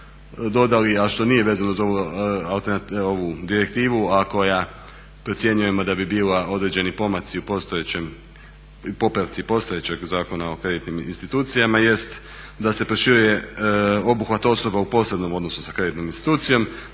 a što nije važno za ovu direktivu, a koja procjenjujemo da bi bila određeni pomaci u postojećem, popravci postojećeg Zakona o kreditnim institucijama jest da se proširuje obuhvat osoba u posebnom odnosu sa kreditnom institucijom,